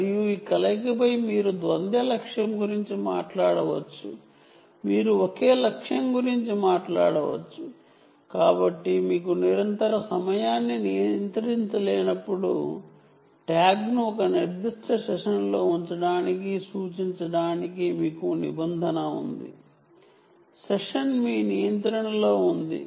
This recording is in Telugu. మరియు ఈ కలయిక పై మీరు డ్యుయల్ టార్గెట్ గురించి మాట్లాడవచ్చు మీరు ఒకే టార్గెట్ గురించి మాట్లాడవచ్చు కాబట్టి మీకు నిరంతర సమయాన్ని నియంత్రించలేనప్పుడు ట్యాగ్ను ఒక నిర్దిష్ట సెషన్లో సూచించడానికి మీకు నియంత్రణ ఉంది